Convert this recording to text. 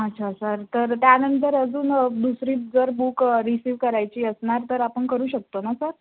अच्छा सर तर त्यानंतर अजून दुसरी जर बुक रिसिव्ह करायची असणार तर आपण करू शकतो ना सर